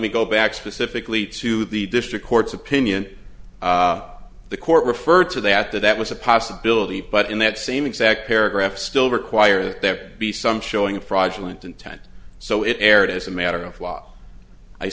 me go back specifically to the district court's opinion the court referred to that that that was a possibility but in that same exact paragraph still require that there be some showing fraudulent intent so it erred as a matter of law i